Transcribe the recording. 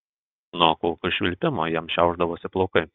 nuo kulkų švilpimo jam šiaušdavosi plaukai